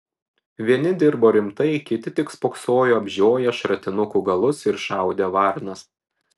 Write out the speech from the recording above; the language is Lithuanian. vieni dirbo rimtai kiti tik spoksojo apžioję šratinukų galus ir šaudė varnas